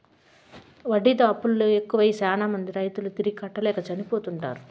వడ్డీతో అప్పులు ఎక్కువై శ్యానా మంది రైతులు తిరిగి కట్టలేక చనిపోతుంటారు